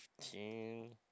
Fifteen